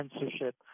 censorship